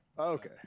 Okay